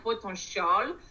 potential